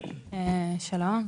שלום.